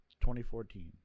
2014